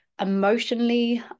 emotionally